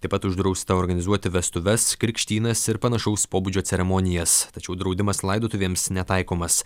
taip pat uždrausta organizuoti vestuves krikštynas ir panašaus pobūdžio ceremonijas tačiau draudimas laidotuvėms netaikomas